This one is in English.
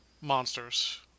monsters